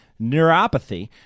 neuropathy